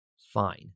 fine